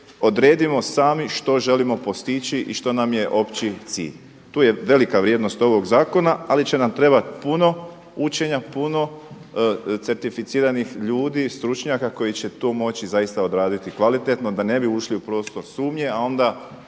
Odredimo sami što želimo postići i što nam je opći cilj. Tu je velika vrijednost ovog zakona ali će nam trebati puno učenja, puno certificiranih ljudi, stručnjaka koji će to moći zaista odraditi kvalitetno da ne bi ušli u prostor sumnje a onda